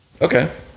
Okay